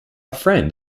friend